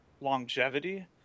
longevity